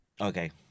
Okay